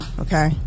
okay